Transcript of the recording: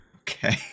Okay